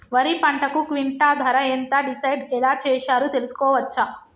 వరి పంటకు క్వింటా ధర ఎంత డిసైడ్ ఎలా చేశారు తెలుసుకోవచ్చా?